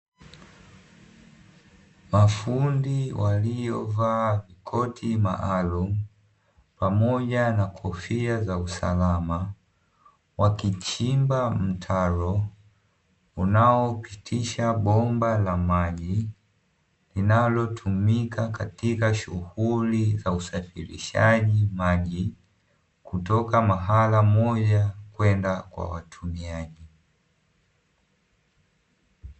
Mafundi waliovaa koti maalumu pamoja na kofia za usalama, wakichimba mtaro unaopitisha bomba la maji linalotumika katika shughuli za usafirishaji maji kutoka mahala moja kwenda kwa watumiaji.